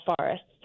forests